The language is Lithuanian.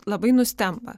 labai nustemba